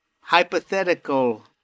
hypothetical